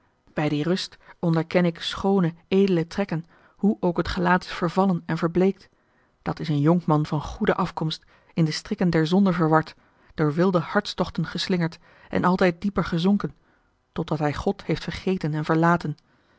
bij die rust onderken ik schoone edele trekken hoe ook het gelaat is vervallen en verbleekt dat is een jonkman van goede afkomst in de strikken der zonde verward door wilde hartstochten geslingerd en altijd dieper gezonken totdat hij god heeft vera l